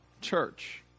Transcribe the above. church